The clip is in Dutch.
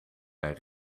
naar